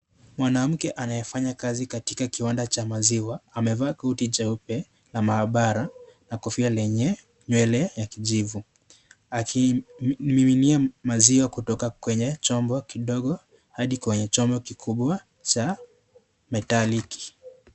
Mwanamke anayefanya kazi katika kiwanda cha maziwa amevaa koti jeupe ya maabara na kofia lenye nywele ya kijivu akimiminia maziwa kutoka Kwenye chombo kidogo Hadi kwenye chombo kikubwa cha metaliki.